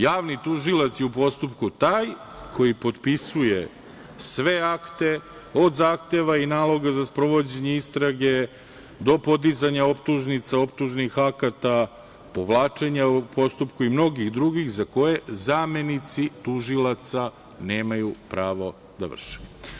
Javni tužilac je u postupku taj, koji potpisuje sve akte, od zahteva i naloga za sprovođenje istrage, do podizanja optužnica, optužnih akata, povlačenja u postupku i mnogih drugih za koje zamenici tužilaca nemaju pravo da vrše.